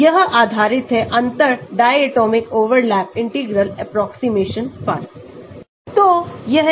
यह आधारित है अंतर डायटोमिक ओवरलैप इंटीग्रल एप्रोक्सीमेशन की उपेक्षा पर